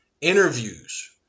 interviews